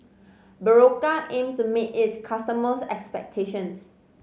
Berocca aims to meet its customers' expectations